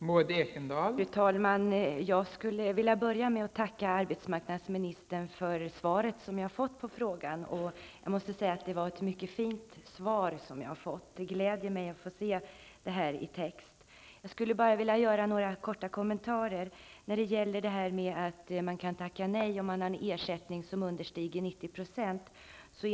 Fru talman! Jag vill börja med att tacka arbetsmarknadsministern för svaret på min fråga. Jag måste säga att det är ett mycket fint svar som jag har fått, och det har glatt mig att läsa det. Jag vill bara göra några korta kommentarer. Arbetsmarknadsministern säger i svaret att man kan tacka nej till en anställning om lönen understiger 90 % av arbetslöshetsersättningen.